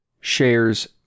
Shares